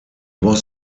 was